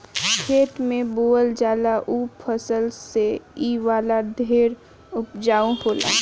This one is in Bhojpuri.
खेत में बोअल जाला ऊ फसल से इ वाला ढेर उपजाउ होला